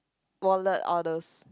wallet all those